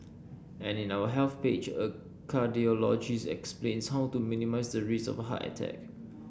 and in our Health page a cardiologist explains how to minimise the risk of a heart attack